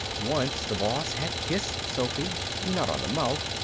once the boss had kissed sophy not on the mouth,